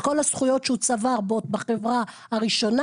את כל הזכויות שהוא צבר בחברה הראשונה